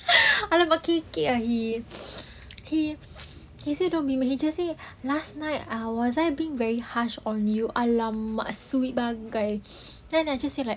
!alamak! kekek he he he say don't be mad he just say last night uh was I being very harsh on you !alamak! sweet bagai ah guy then I just say like